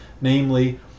namely